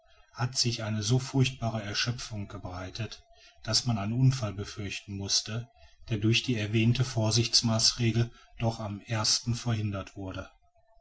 hatte sich eine so furchtbare erschöpfung gebreitet daß man einen unfall befürchten mußte der durch die erwähnte vorsichtsmaßregel doch am ersten verhindert wurde